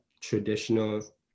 traditional